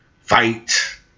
fight